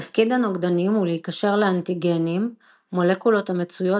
תפקיד הנוגדנים הוא להיקשר לאנטיגנים - מולקולות המצויות